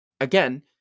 Again